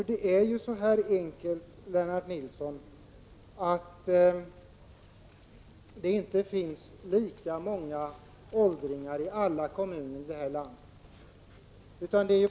Det är ju så enkelt, Lennart Nilsson, att det inte finns lika många åldringar i alla kommuner här i landet.